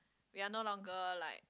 we are no longer like